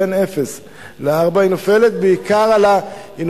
בין גיל אפס לארבע היא נופלת בעיקר על ההורים.